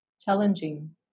challenging